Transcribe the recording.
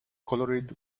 colored